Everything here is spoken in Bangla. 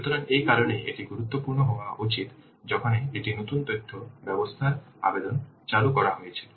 সুতরাং এই কারণেই এটি গুরুত্বপূর্ণ হওয়া উচিত যেখানে একটি নতুন তথ্য ব্যবস্থার আবেদন চালু করা হচ্ছিল